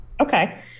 Okay